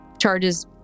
charges